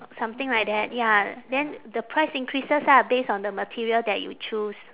something like that ya then the price increases ah based on the material that you choose